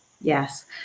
yes